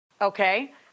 okay